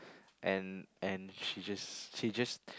and and she just she just